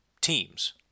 teams